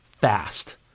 fast